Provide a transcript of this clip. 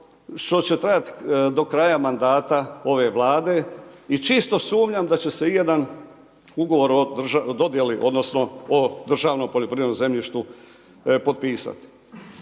što će trajati do kraja mandata ove Vlade, i čisto sumnjam da će se i jedan ugovor o dodjeli, odnosno o državnom poljoprivrednom zemljištu potpisat.